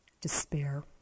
despair